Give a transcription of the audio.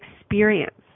experience